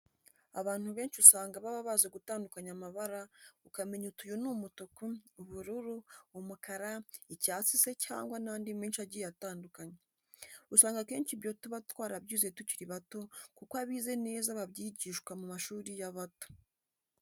Abantu benshi usanga baba bazi gutandukanya amabara, ukamenya uti uyu ni umutuku, ubururu, umukara, icyatsi se cyangwa n'andi menshi agiye atandukanye. Usanga akenshi ibyo tuba twarabyize tukiri bato kuko abize neza babyigishwa mu mashuri y'abato.